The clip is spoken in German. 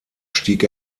stieg